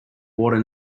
water